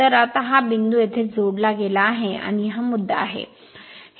तर आता हा बिंदू येथे जोडला गेला आहे आणि हा मुद्दा आहे